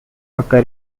occur